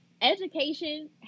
Education